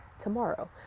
tomorrow